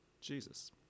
Jesus